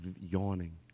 yawning